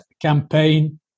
campaign